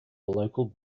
local